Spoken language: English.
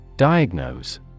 Diagnose